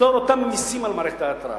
לפטור אותם ממסים על מערכת ההתרעה.